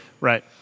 Right